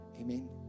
Amen